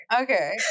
okay